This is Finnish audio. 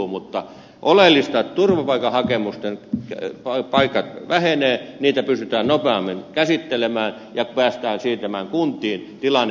oleellista on että turvapaikkahakemusten määrät vähenevät niitä pystytään nopeammin käsittelemään ja päästään siirtämään kuntiin jolloin tilanne paranee